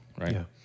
right